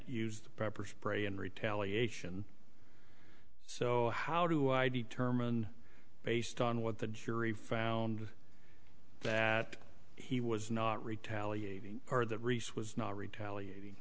use pepper spray in retaliation so how do i determine based on what the jury found that he was not retaliating or that reese was not retaliat